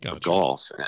golf